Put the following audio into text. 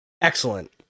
Excellent